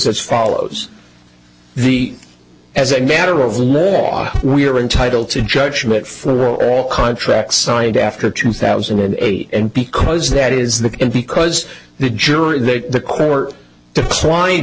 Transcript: that follows the as a matter of law we are entitled to judgment for all contracts signed after two thousand and eight and because that is the end because the jury that the court declined